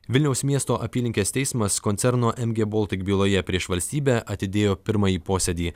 vilniaus miesto apylinkės teismas koncerno mg baltic byloje prieš valstybę atidėjo pirmąjį posėdį